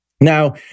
Now